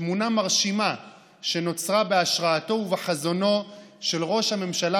תמונה מרשימה שנוצרה בהשראתו ובחזונו של ראש הממשלה